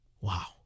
Wow